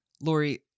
Lori